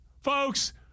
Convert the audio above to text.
Folks